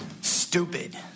Stupid